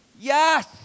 Yes